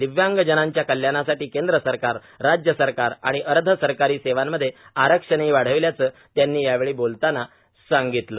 दिव्यांगजनांच्या कल्याणासाठी केंद्र सरकार राज्य सरकार आणि अर्ध सरकारी सेवांमध्ये आरक्षणही वाढविल्याचं त्यांनी यावेळी बोलतांना सांगितलं